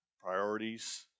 Priorities